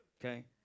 Okay